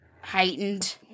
heightened